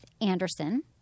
Anderson